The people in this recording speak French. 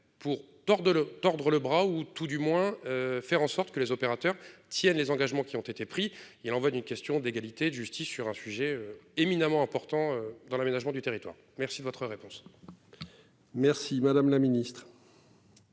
le tordre le bras ou tout du moins faire en sorte que les opérateurs tiennent les engagements qui ont été pris, il l'envoi d'une question d'égalité, de justice sur un sujet éminemment important dans l'aménagement du territoire. Merci de votre réponse.